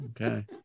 Okay